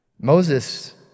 Moses